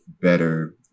better